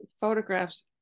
photographs